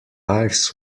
lives